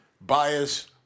bias